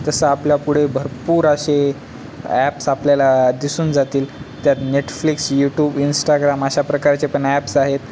तसं आपल्यापुढे भरपूर असे ॲप्स आपल्याला दिसून जातील त्यात नेटफ्लिक्स यूट्यूब इंस्टाग्राम अशा प्रकारचेपण ॲप्स आहेत